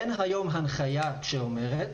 אין היום הנחיה שאומרת